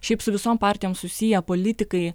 šiaip su visom partijom susiję politikai